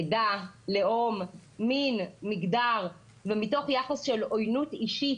עדה, לאום, מין, מגדר ומתוך יחס של עוינות אישית